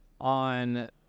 on